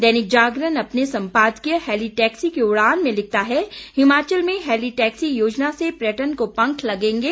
दैनिक जागरण अपने सम्पादकीय हेलीटैक्सी की उड़ान में लिखता है हिमाचल में हैलीटैक्सी योजना से पर्यटन को पंख लगेंगे